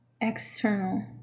external